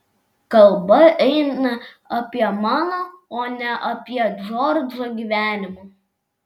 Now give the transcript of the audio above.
kalba eina apie mano o ne apie džordžo gyvenimą